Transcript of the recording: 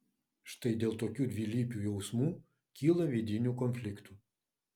štai dėl tokių dvilypių jausmų kyla vidinių konfliktų